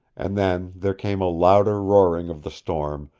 and then there came a louder roaring of the storm,